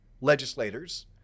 legislators